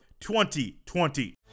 2020